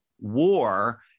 war